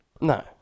No